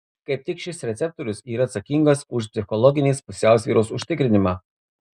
kaip tik šis receptorius yra atsakingas už psichologinės pusiausvyros užtikrinimą